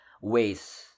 ways